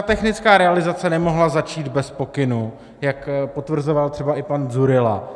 Technická realizace nemohla začít bez pokynu, jak potvrzoval třeba i pan Dzurilla.